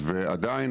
ועדיין,